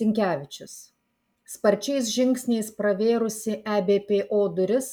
sinkevičius sparčiais žingsniais pravėrusi ebpo duris